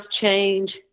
change